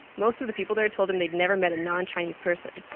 most of the people there told him they'd never met a non-chinese person.